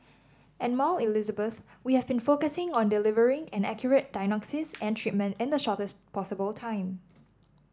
at Mount Elizabeth we have been focusing on delivering an accurate diagnosis and treatment in the shortest possible time